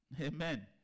Amen